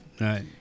Right